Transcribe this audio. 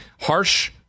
harsh